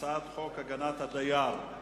הצעת חוק הגנת הדייר (תיקון,